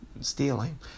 stealing